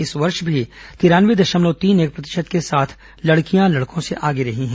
इस वर्ष भी तिरानये दशमलव तीन एक प्रतिशत के साथ लडकियों लडकों से आगे रही हैं